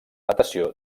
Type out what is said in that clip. natació